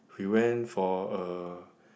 we went for a